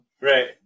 Right